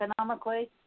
economically